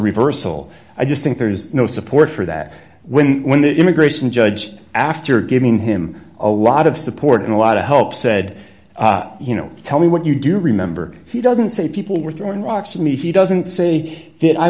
reversal i just think there's no support for that when when the immigration judge after giving him a lot of support and a lot of hope said you know tell me what you do remember he doesn't say people were throwing rocks at me he doesn't say that i